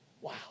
Wow